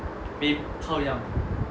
how young